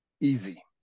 easy